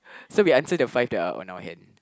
so we answer the five that are on our hand